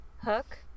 Hook